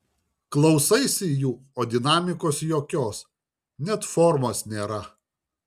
klausaisi jų o dinamikos jokios net formos nėra